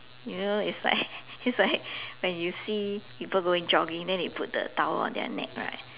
you know it's like it's like when you see people going jogging then they put the towel on their neck right